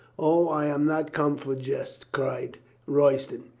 o, i am not come for jests, cried royston.